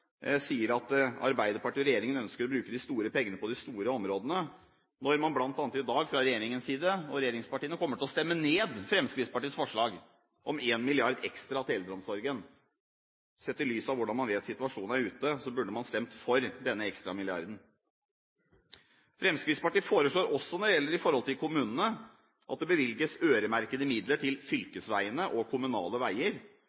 sier at Arbeiderpartiet og regjeringen ønsker å bruke de store pengene på de store områdene, når man bl.a. i dag fra regjeringens side, og regjeringspartiene, kommer til å stemme ned Fremskrittspartiets forslag om 1 mrd. kr ekstra til eldreomsorgen. Sett i lys av at man vet hvordan situasjonen er ute, burde man stemt for denne ekstra milliarden Fremskrittspartiet foreslår også at det bevilges øremerkede midler til